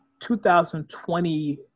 2020